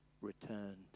returned